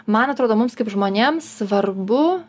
man atrodo mums kaip žmonėms svarbu